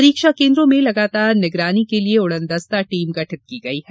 परीक्षा केन्द्रों में लगातार निगरानी के लिये उड़न दस्ता टीम गठित की गई है